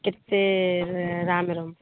କେତେ ରାମ୍ର